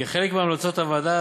כחלק מהמלצות הוועדה,